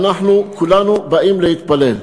אנחנו כולנו באים להתפלל.